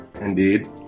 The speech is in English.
Indeed